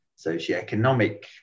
socioeconomic